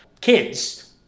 Kids